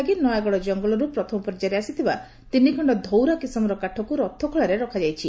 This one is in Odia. ଲାଗି ନୟାଗଡ଼ ଜଙ୍ଗଲର୍ ପ୍ଥମ ପର୍ଯ୍ୟାୟରେ ଆସିଥିବା ତିନି ଖଣ୍ଡ ଧଉରା କିସମର କାଠକୁ ରଥଖଳାଠାରେ ରଖାଯାଇଛି